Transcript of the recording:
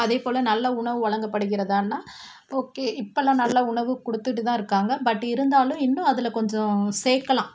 அதே போல் நல்ல உணவு வழங்கப்படுகிறதான்னால் ஓகே இப்போல்லாம் நல்ல உணவு கொடுத்துட்டு தான் இருக்காங்க பட் இருந்தாலும் இன்னும் அதில் கொஞ்சம் சேர்க்கலாம்